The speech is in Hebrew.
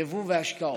יבוא והשקעות.